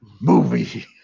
Movie